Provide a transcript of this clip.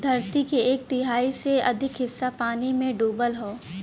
धरती के एक तिहाई से अधिक हिस्सा पानी में डूबल हौ